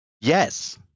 Yes